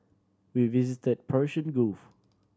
we visit Persian Gulf